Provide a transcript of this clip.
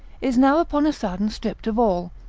is now upon a sudden stripped of all,